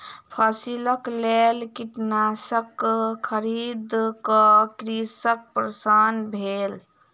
फसिलक लेल कीटनाशक खरीद क कृषक प्रसन्न भेल